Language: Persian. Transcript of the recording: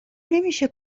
نمیشه